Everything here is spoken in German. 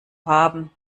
haben